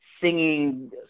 singing